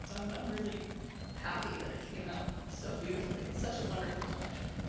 so i'm i'm really happy that it came out so beautifully. it's such a wonderful collection.